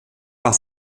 par